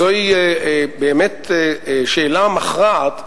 זו באמת שאלה מכרעת,